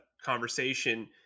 conversation